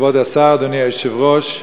כבוד השר, אדוני היושב-ראש,